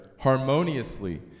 harmoniously